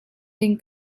ding